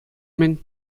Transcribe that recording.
мӗн